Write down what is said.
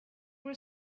were